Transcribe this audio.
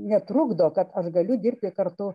netrukdo kad aš galiu dirbti kartu